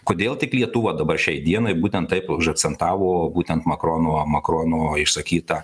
kodėl tik lietuva dabar šiai dienai būtent taip užakcentavo būtent makrono makrono išsakytą